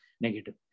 negative